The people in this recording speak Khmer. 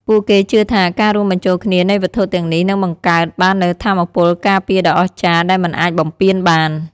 ពួកគេជឿថា ការរួមបញ្ចូលគ្នានៃវត្ថុទាំងនេះនឹងបង្កើតបាននូវថាមពលការពារដ៏អស្ចារ្យដែលមិនអាចបំពានបាន។